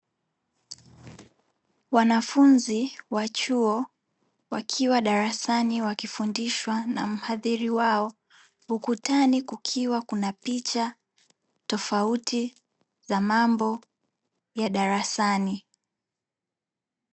Wanafunzi wa chuo wakiwa darasani wakifundishwa na mhadhiri wao. Ukutani kukiwa kuna picha tofauti za mambo ya darasani.